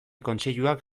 kontseiluak